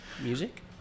Music